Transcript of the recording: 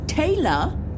Taylor